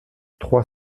trois